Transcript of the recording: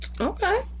okay